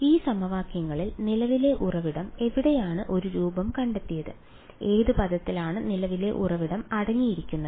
ഈ സമവാക്യങ്ങളിൽ നിലവിലെ ഉറവിടം എവിടെയാണ് ഒരു രൂപം കണ്ടെത്തിയത് ഏത് പദത്തിലാണ് നിലവിലെ ഉറവിടം അടങ്ങിയിരിക്കുന്നത്